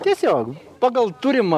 tiesiog pagal turimą